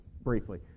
briefly